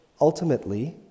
ultimately